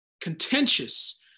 contentious